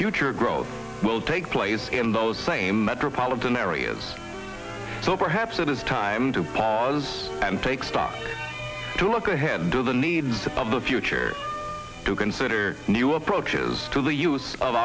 future growth will take place in those same metropolitan areas so perhaps it is time to pause and take stock to look ahead to the needs of the future to consider new approaches to the use of